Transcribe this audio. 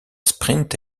sprint